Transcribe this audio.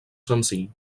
senzill